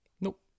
Nope